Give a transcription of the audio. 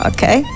Okay